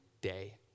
day